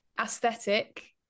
Aesthetic